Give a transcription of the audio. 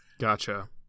gotcha